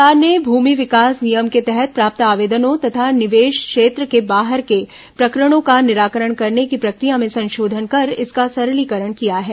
राज्य सरकार ने भूमि विकास नियम के तहत प्राप्त आवेदनों तथा निवेश क्षेत्र के बाहर के प्रकरणों का निराकरण करने की प्रक्रिया में संशोधन कर इसका सरलीकरण किया है